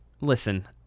Listen